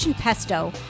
pesto